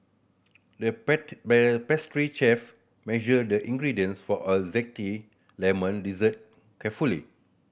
the pastry chef measured the ingredients for a zesty lemon dessert carefully